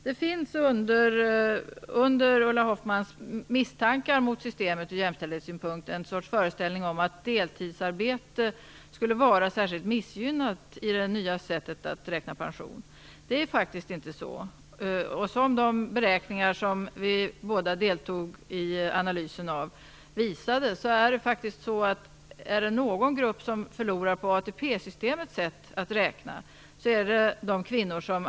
Det finns under Ulla Hoffmanns misstankar mot systemet ur jämställdhetssynpunkt en sorts föreställning om att deltidsarbete skulle vara särskilt missgynnat i det nya sättet att räkna pension. Det är faktiskt inte så. Är det någon grupp som förlorar på ATP systemets sätt att räkna är det de kvinnor som arbetar deltid och som arbetar länge i livet med låga inkomster.